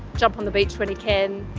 jump on the beach when he can.